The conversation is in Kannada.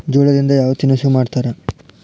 ಜೋಳದಿಂದ ಯಾವ ತಿನಸು ಮಾಡತಾರ?